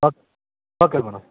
okay okay madam